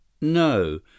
No